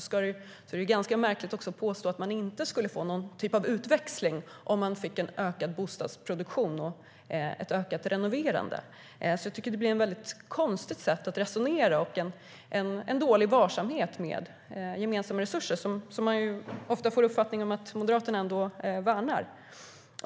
Men det är ganska märkligt att påstå att man inte skulle få någon typ av utväxling om man fick en ökad bostadsproduktion och ett ökat renoverande. Jag tycker att det blir ett konstigt sätt att resonera och en dålig varsamhet med gemensamma resurser, som man ofta får uppfattningen att Moderaterna värnar.